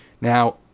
Now